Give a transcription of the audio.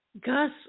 Gus